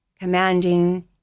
commanding